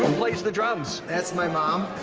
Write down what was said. who plays the drums? that's my mom,